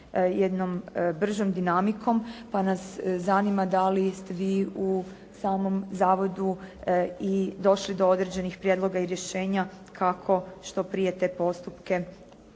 jednom bržom dinamikom, pa nas zanima da li ste vi u samom zavodu i došli do određenih prijedloga i rješenja kako što prije te postupke